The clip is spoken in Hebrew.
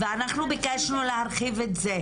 ואנחנו ביקשנו להרחיב את זה.